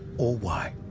or why.